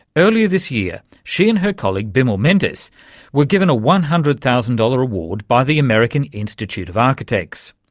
earlier this year she and her colleague bimal mendis were given a one hundred thousand dollars award by the american institute of architects,